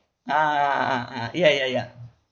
ah ah ah ah ya ya ya